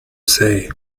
say